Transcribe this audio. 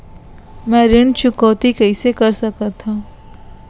मैं ऋण चुकौती कइसे कर सकथव?